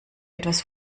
etwas